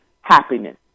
happiness